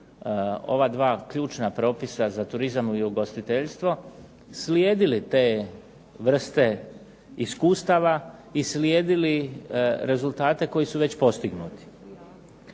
ova dva ključna propisa za turizam i ugostiteljstvo, slijedili te vrste iskustava i slijedili rezultate koji su već postignuti.